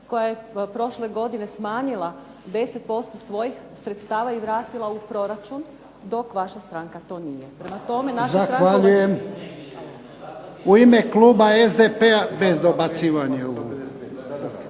koja je prošle godine smanjila 10% svojih sredstava i vratila u proračun, dok vaša stranka to nije. **Jarnjak, Ivan (HDZ)** Zahvaljujem.